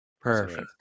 Perfect